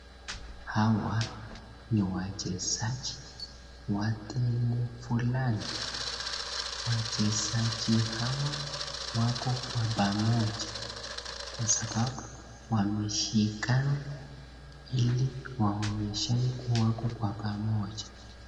Hawa ni wachezaji wa timu fulani. Wachezaji hawa wako kwa pamoja kwa sababu wameshikana ili waonyeshane wako kwa pamoja.